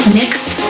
next